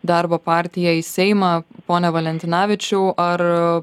darbo partiją į seimą pone valentinavičiau ar